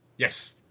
Yes